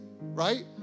right